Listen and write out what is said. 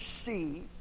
see